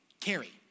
carry